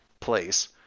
place